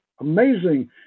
amazing